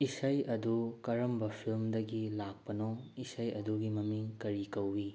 ꯏꯁꯩ ꯑꯗꯨ ꯀꯔꯝꯕ ꯐꯤꯂꯝꯗꯒꯤ ꯂꯥꯛꯄꯅꯣ ꯏꯁꯩ ꯑꯗꯨꯒꯤ ꯃꯃꯤꯡ ꯀꯔꯤ ꯀꯧꯋꯤ